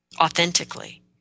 authentically